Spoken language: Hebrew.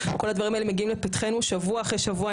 כל הדברים האלה מגיעים לפתחנו שבוע אחרי שבוע,